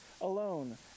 alone